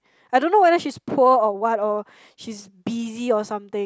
I don't know whether she's poor or what or she's busy or something